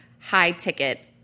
high-ticket